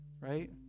right